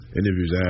interviews